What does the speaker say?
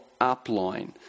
upline